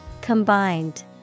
Combined